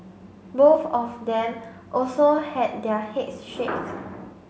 both of them also had their heads shaved